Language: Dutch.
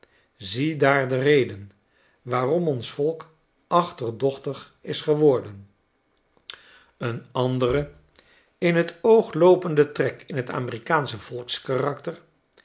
ziedaar de reden waarom ons volk achterdochtig is geworden een andere in j t oogloopende trek in t amerikaansche